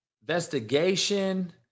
investigation